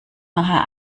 nachher